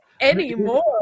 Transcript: anymore